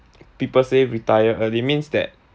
people say retire early means that